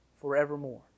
forevermore